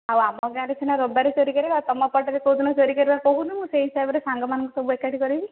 ଆଉ ଆମ ଗାଁ'ରେ ସିନା ରବିବାରେ ଚୋରି କରିବା ତମ ପଟରେ କୋଉ ଦିନ ଚୋରି କରିବା କହୁନୁ ମୁଁ ସେଇ ହିସାବରେ ସାଙ୍ଗମାନଙ୍କୁ ସବୁ ଏକାଠି କରିବି